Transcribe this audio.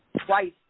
twice